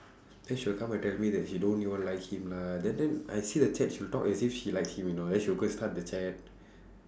then she will come and tell me that she don't even like him lah then then I see the chat she'll talk as if she likes him you know then she will go and start the chat